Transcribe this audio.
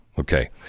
okay